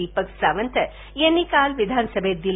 दीपक सावंत यांनी काल विधानसभेत दिली